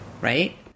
Right